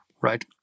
Right